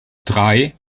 drei